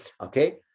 Okay